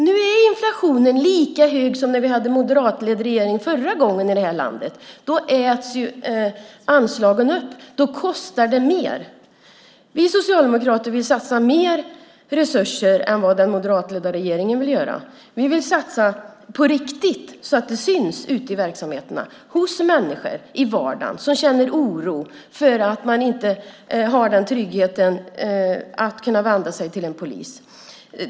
Nu är inflationen lika hög som när vi hade en moderatledd regering förra gången i det här landet. Då äts anslagen upp, och då kostar det mer. Vi socialdemokrater vill satsa mer resurser än vad den moderatledda regeringen vill göra. Vi vill satsa på riktigt så att det syns ute i verksamheterna, hos människor i vardagen som känner oro för att man inte har tryggheten att kunna vända sig till en polis.